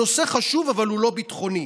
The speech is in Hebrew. נושא חשוב, אבל הוא לא ביטחוני.